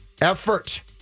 Effort